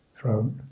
throat